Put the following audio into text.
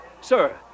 Sir